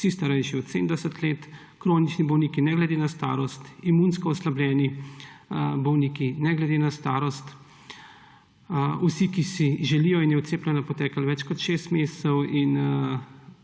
vsi starejši od 70 let, kronični bolniki, ne glede na starost, imunsko oslabljeni bolniki, ne glede na starost, vsi, ki si želijo in je od cepljenja potekalo več kot 6 mesecev.